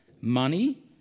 money